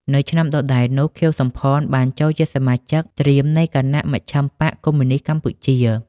នៅឆ្នាំដដែលនោះ ខៀវ សំផន បានចូលជាសមាជិកត្រៀមនៃគណៈមជ្ឈិមបក្សកុម្មុយនីស្តកម្ពុជា។